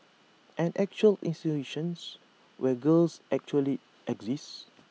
an actual institutions where girls actually exist